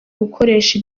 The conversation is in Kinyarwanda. gukoresha